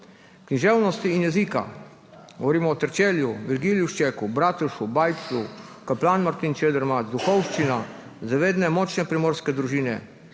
književnosti in jezika. Govorimo o Terčelju, Virgiliju Ščeku, Bratovžu, Bajcu, Kaplanu Martinu Čedermacu, duhovščini, zavednih, močnih primorskih družinah.